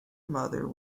mother